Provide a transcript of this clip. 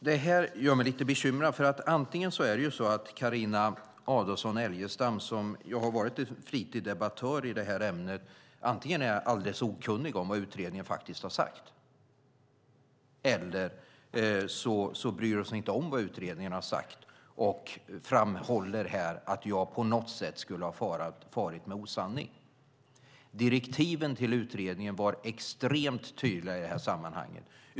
Det här gör mig lite bekymrad, för antingen är Carina Adolfsson Elgestam, som ju har varit en flitig debattör i det här ämnet, alldeles okunnig om vad utredningen faktiskt har sagt eller så bryr hon sig inte om vad utredningen har sagt och framhåller här att jag på något sätt skulle ha farit med osanning. Direktiven till utredningen var extremt tydliga i det här sammanhanget.